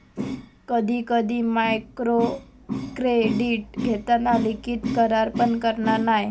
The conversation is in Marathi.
कधी कधी मायक्रोक्रेडीट घेताना लिखित करार पण करना नाय